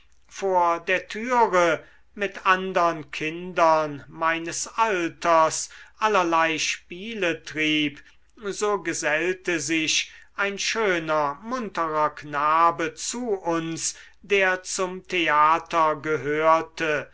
vor der türe mit andern kindern meines alters allerlei spiele trieb so gesellte sich ein schöner munterer knabe zu uns der zum theater gehörte